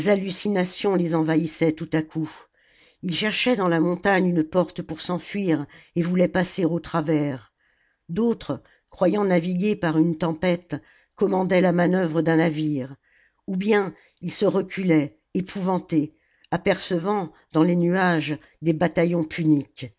hallucinations les envahissaient tout à coup ils cherchaient dans la montagne une porte pour s'enfuir et voulaient passer au travers d'autres croyant naviguer par une tempête commandaient la manœuvre d'un navire ou bien ils se reculaient épouvantés apercevant dans les nuages des bataillons puniques